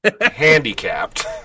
handicapped